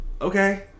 okay